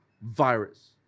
virus